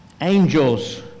angels